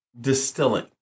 distilling